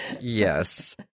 Yes